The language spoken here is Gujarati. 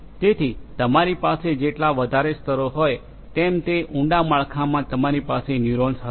તેથી તમારી પાસે જેટલા વધારે સ્તરો હોય તેમ તે ઊંડા માળખામા તમારી પાસે ન્યુરોન્સ હશે